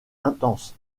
intense